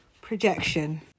projection